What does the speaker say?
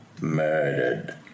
murdered